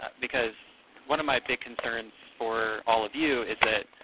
because one of my big concerns for all of you is that